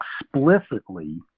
explicitly